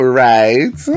right